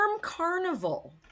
carnival